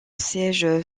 siège